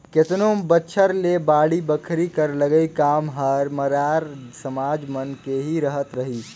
केतनो बछर ले बाड़ी बखरी कर लगई काम हर मरार समाज मन के ही रहत रहिस